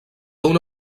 una